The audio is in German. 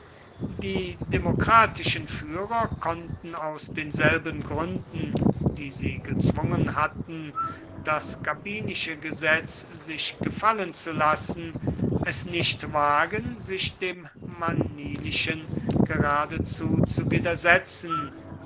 die demokratischen führer konnten aus denselben gründen die sie gezwungen hatten das gabinische gesetz sich gefallen zu lassen es nicht wagen sich dem manilischen geradezu zu widersetzen